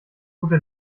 gute